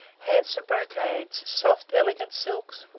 handsome brocades, soft, elegant silks,